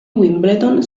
wimbledon